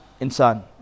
insan